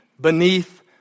beneath